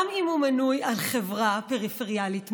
גם אם הוא נמנה עם חברה פריפריאלית מודרת.